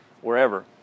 wherever